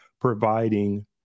providing